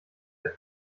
der